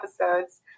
episodes